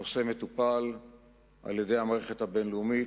הנושא מטופל על-ידי המערכת הבין-לאומית,